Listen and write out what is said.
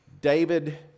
David